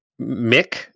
Mick